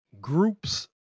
Groups